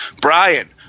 Brian